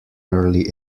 early